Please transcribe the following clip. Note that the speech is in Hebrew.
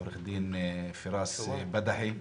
עורך דין פראס בדחי,